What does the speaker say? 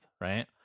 right